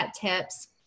tips